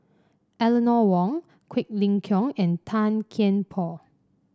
Eleanor Wong Quek Ling Kiong and Tan Kian Por